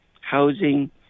housing